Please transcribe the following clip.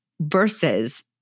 versus